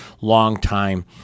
longtime